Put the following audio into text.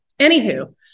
anywho